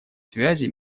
связи